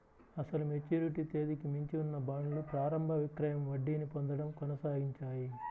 అసలు మెచ్యూరిటీ తేదీకి మించి ఉన్న బాండ్లు ప్రారంభ విక్రయం వడ్డీని పొందడం కొనసాగించాయి